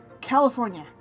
California